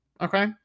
okay